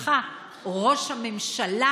אדונך ראש הממשלה,